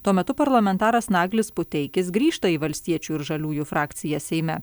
tuo metu parlamentaras naglis puteikis grįžta į valstiečių ir žaliųjų frakciją seime